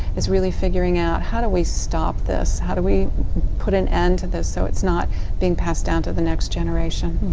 is really figuring out how do we stop this, how do we put an end to this so it's not passed passed down to the next generation.